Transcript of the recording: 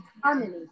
harmony